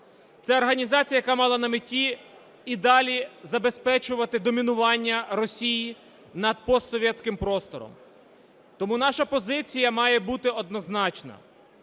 Це організація, яка мала на меті і далі забезпечувати домінування Росії над постсовєтським простором. Тому наша позиція має бути однозначна: